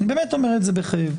אני באמת אומר את זה בכאב,